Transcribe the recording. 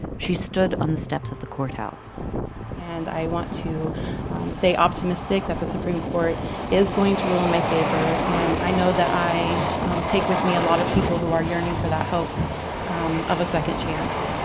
she stood on the steps of the courthouse and i want to stay optimistic that the supreme court is going to rule in my favor, and i know that i take with me a lot of people who are yearning for that hope um of a second chance